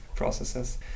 processes